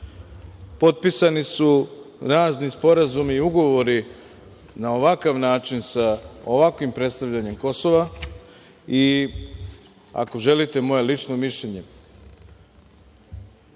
potpisani su razni sporazumi i ugovori na ovakav način sa ovakvim predstavljanjem Kosova i ako želite moje lično mišljenje,